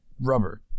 Rubber